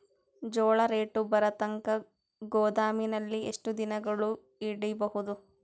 ಜೋಳ ರೇಟು ಬರತಂಕ ಗೋದಾಮಿನಲ್ಲಿ ಎಷ್ಟು ದಿನಗಳು ಯಿಡಬಹುದು?